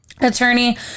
Attorney